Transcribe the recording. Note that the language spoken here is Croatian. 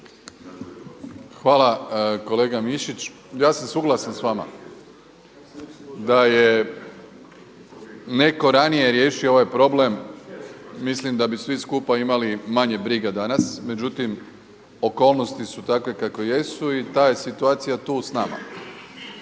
Hvala kolega Mišić. Ja sam suglasan sa vama da je netko ranije riješio ovaj problem mislim da bi svi skupa imali manje briga danas. Međutim, okolnosti su takve kakve jesu i ta je situacija tu sa nama.